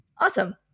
Awesome